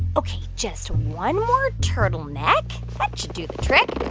ok, just one more turtleneck. that should do the trick.